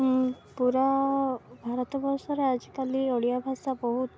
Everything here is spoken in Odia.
ପୁରା ଭାରତ ବର୍ଷରେ ଆଜିକାଲି ଓଡ଼ିଆ ଭାଷା ବହୁତ